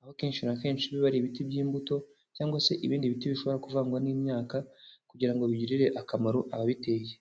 aho akenshi na kenshi biba ari ibiti by'imbuto cyangwa se ibindi biti bishobora kuvangwa n'imyaka kugira ngo bigirire akamaro ababiteye.